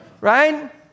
Right